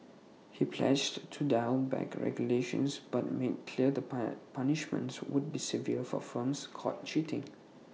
he pledged to dial back regulations but made clear that pile punishments would be severe for firms caught cheating